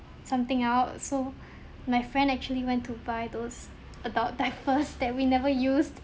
something out so my friend actually went to buy those adult diapers that we never used